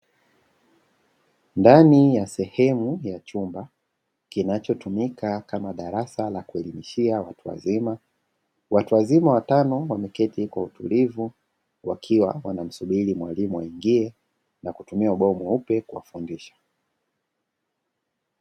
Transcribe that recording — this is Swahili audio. Ndani ya sehemu ya chumba kinachotumika kama darasa la kuelimishia watu wazima, watu wazima watano wameketi kwa utulivu wakiwa wanamsubiri mwalimu aingie na kutumia ubao mweupe kuwafundisha.